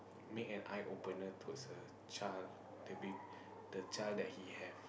make an eye opener towards a child that be the child that he have